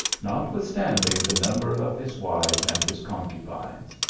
notwithstanding the number of his wives and his concubines.